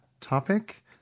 topic